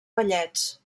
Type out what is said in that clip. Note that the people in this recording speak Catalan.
ballets